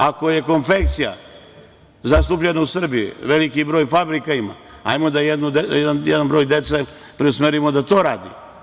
Ako je konfekcija zastupljena u Srbiji, veliki broj fabrika ima, ajmo da jedan broj dece preusmerimo da to radi.